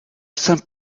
saint